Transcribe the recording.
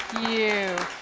you